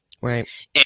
Right